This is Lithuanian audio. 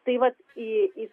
tai vat į į